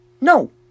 No